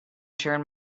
turned